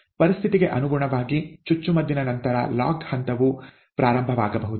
ಪರಿಸ್ಥಿತಿಗೆ ಅನುಗುಣವಾಗಿ ಚುಚ್ಚುಮದ್ದಿನ ನಂತರ ಲಾಗ್ ಹಂತವು ಪ್ರಾರಂಭವಾಗಬಹುದು